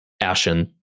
Ashen